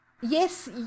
yes